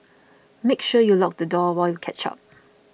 make sure you lock the door while catch up